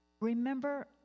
Remember